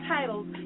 titles